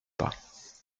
pas